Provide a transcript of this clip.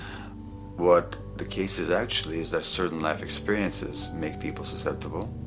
what the case is actually is that certain life experiences make people susceptible.